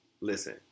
listen